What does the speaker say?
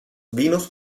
vinos